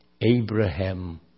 Abraham